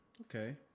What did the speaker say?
Okay